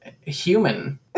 human